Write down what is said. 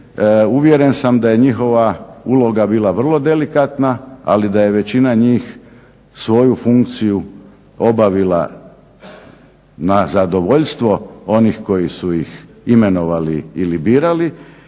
uvjeren sam da je njihova uloga vrlo delikatna ali da je većina njih svoju funkciju obavila na zadovoljstvo onih koji su ih imenovali ili birali